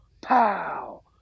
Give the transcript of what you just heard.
pow